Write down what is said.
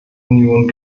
union